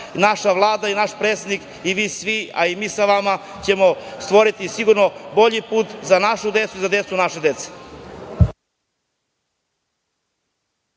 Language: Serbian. Naša Vlada i naš predsednik i vi svi, a i mi sa vama ćemo stvoriti sigurno bolji put za našu decu i za decu naše dece.